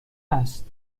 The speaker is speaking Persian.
است